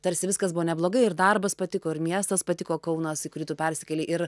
tarsi viskas buvo neblogai ir darbas patiko ir miestas patiko kaunas į kurį tu persikėlei ir